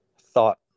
thought